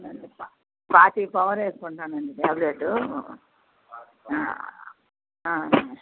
forty power వేసుకుంటానండి tablet